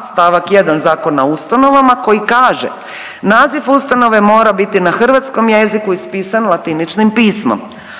st. 1. Zakona o ustanovama koji kaže naziv ustanove mora biti na hrvatskom jeziku ispisan latiničnim pismom,